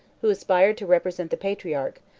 who aspired to represent the patriarch,